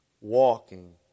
walking